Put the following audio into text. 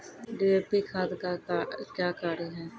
DAP खाद का क्या कार्य हैं?